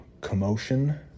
commotion